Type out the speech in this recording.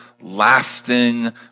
lasting